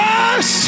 Yes